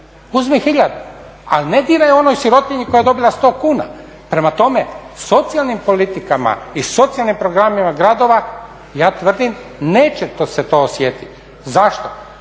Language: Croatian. uzmi tisuću, ali ne diraj onoj sirotinji koja je dobila 100 kuna. Prema tome socijalnim politikama i socijalnim programima gradova ja tvrdim neće se to osjetiti. Zašto?